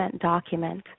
document